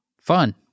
Fun